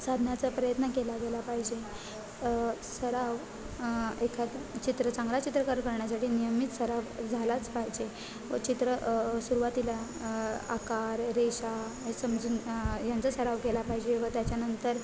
साधण्याचा प्रयत्न केला गेला पाहिजे सराव एखादं चित्र चांगला चित्रकार करण्यासाठी नियमित सराव झालाच पाहिजे व चित्र सुरुवातीला आकार रेषा समजून यांचा सराव केला पाहिजे व त्याच्यानंतर